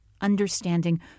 understanding